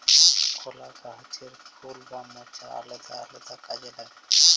কলা গাহাচের ফুল বা মচা আলেদা আলেদা কাজে লাগে